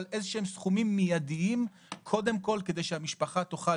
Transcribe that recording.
אבל מדובר בסכומים מיידים קודם כל שהמשפחה תוכל